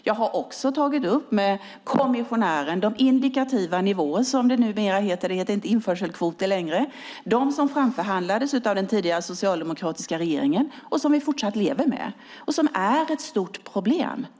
Jag har med kommissionären tagit upp de indikativa nivåer, som det numera heter - det heter inte längre införselkvoter - som framförhandlades av den tidigare socialdemokratiska regeringen och som vi fortsatt lever med. De är ett stort problem.